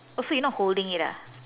oh so you not holding it ah